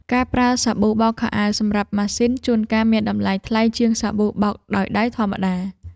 ការប្រើសាប៊ូបោកខោអាវសម្រាប់ម៉ាស៊ីនជួនកាលមានតម្លៃថ្លៃជាងសាប៊ូបោកដោយដៃធម្មតា។